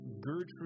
Gertrude